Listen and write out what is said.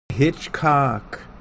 Hitchcock